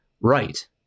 right